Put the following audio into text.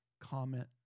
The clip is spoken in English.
comment